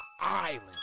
island